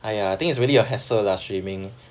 !aiya! I think it's really a hassle lah streaming